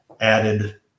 added